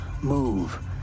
move